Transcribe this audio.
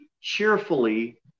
cheerfully